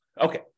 Okay